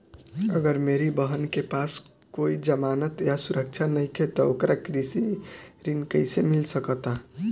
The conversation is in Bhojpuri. अगर मेरी बहन के पास कोई जमानत या सुरक्षा नईखे त ओकरा कृषि ऋण कईसे मिल सकता?